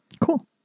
Cool